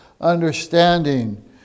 understanding